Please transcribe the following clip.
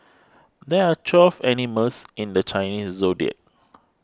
there are twelve animals in the Chinese zodiac